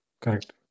Correct